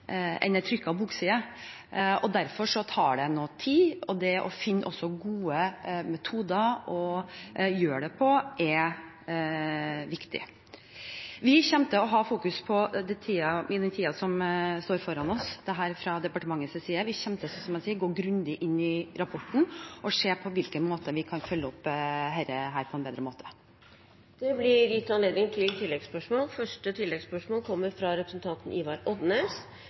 bokside. Derfor tar det nå tid, og det å finne gode metoder for å gjøre det er viktig. Vi kommer til å ha fokus på dette fra departementets side i den tiden som står foran oss. Vi kommer til, som jeg sier, å gå grundig inn i rapporten og se på hvordan vi kan følge opp dette på en bedre måte. Det blir oppfølgingsspørsmål – først Ivar Odnes. Det å ta vare på kulturarven vår er ei forplikting frå generasjon til generasjon. Som representanten